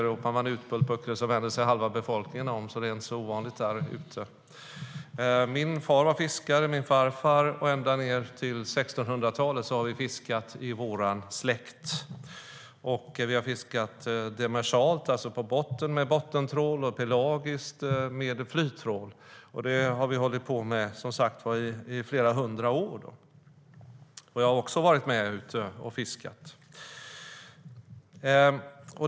Ropar någon Utbult på Öckerö vänder sig halva befolkningen om, så det är inte ett så ovanligt namn därute. Min far var fiskare liksom min farfar. Ända sedan 1600-talet har vi fiskat i vår släkt. Vi har fiskat demersalt, alltså på botten med bottentrål, och pelagiskt med flyttrål. Det har vi som sagt hållit på med i flera hundra år. Jag har också varit med ute och fiskat.